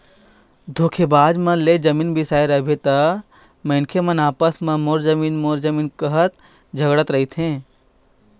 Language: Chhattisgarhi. धोखेबाज तीर ले जमीन बिसाए रहिबे त मनखे मन आपसे म मोर जमीन मोर जमीन काहत झगड़त रहिथे